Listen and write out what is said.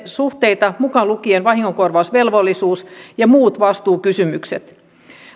suhteita mukaan lukien vahingonkorvausvelvollisuus ja muut vastuukysymykset